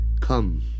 come